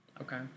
Okay